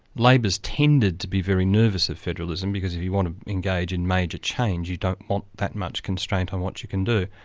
labor's tended to be very nervous of federalism because if you want to engage in major change, you don't want much constraint on what you can do.